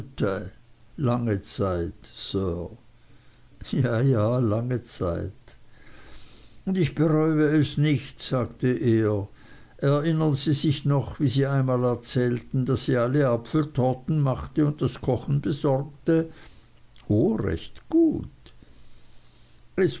lange zeit sir ja ja lange zeit und ich bereue es nicht sagte er erinnern sie sich noch wie sie einmal erzählten daß sie alle apfeltorten machte und das kochen besorgte o recht gut